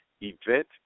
event